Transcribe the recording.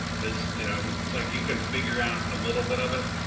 cause you know it's like you can figure out a little bit of it,